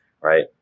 Right